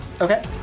Okay